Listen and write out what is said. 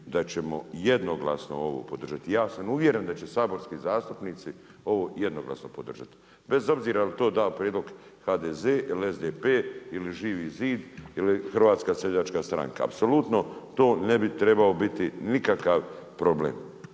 da ćemo jednoglasno ovo podržati i ja sam uvjeren da će saborski zastupnici ovo jednoglasno podržati. Bez obzira jel to dao prijedlog HDZ ili SDP ili Živi zid ili HSS, apsolutno to ne bi trebao biti nikakav problem.